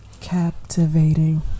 Captivating